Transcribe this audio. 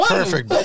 Perfect